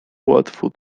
łatwo